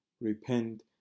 repent